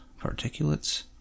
particulates